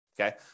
okay